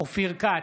אופיר כץ,